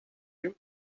you